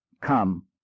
come